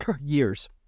years